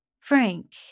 Frank